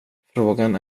frågan